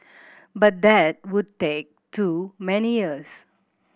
but that would take too many years